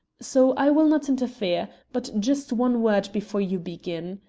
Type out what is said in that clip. so i will not interfere. but just one word before you begin.